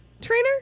Trainer